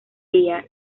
día